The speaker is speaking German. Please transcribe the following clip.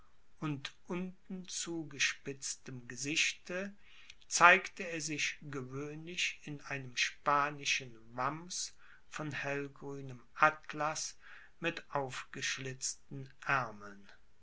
und unten zugespitztem gesichte zeigte er sich gewöhnlich in einem spanischen wamms von hellgrünem atlaß mit aufgeschlitzten aermeln